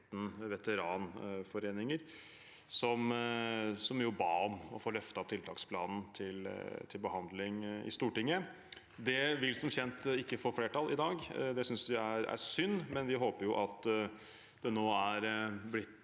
veteranforeninger, som ba om å få løftet tiltaksplanen til behandling i Stortinget. Det vil som kjent ikke få flertall i dag. Det synes vi er synd, men vi håper at det nå er blitt